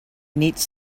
needs